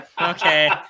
okay